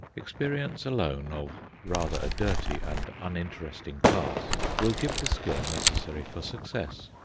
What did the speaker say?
experience alone, of rather a dirty and uninteresting class, will give the skill necessary for success.